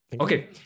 Okay